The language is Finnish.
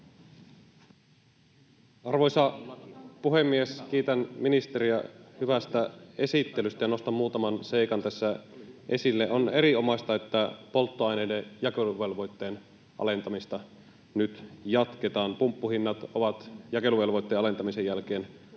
Arvoisa puhemies! Kiitän ministeriä hyvästä esittelystä ja nostan muutaman seikan tässä esille. On erinomaista, että polttoaineiden jakeluvelvoitteen alentamista nyt jatketaan. Pumppuhinnat ovat jakeluvelvoitteen alentamisen jälkeen laskeneet,